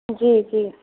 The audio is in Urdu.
جی جی